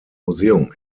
museum